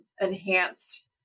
enhanced